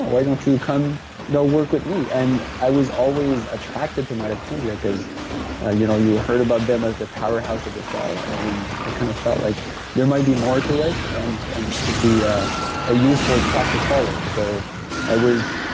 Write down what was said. why don't you come you know work with me? and i was always attracted to mitochondria, cause ah you know you heard about them as the powerhouse of the cell, and i kind of felt like there might be more to it, and and it'd be ah a useful track to follow so i was